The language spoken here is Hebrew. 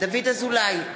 דוד אזולאי,